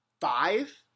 five